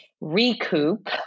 Recoup